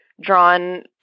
drawn